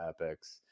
epics